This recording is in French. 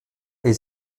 est